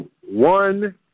one